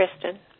Kristen